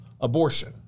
abortion